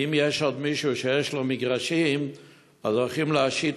ואם יש עוד מישהו שיש לו מגרשים אז הולכים להשית